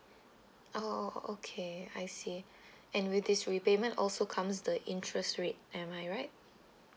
!oho! okay I see and with this repayment also comes the interest rate am I right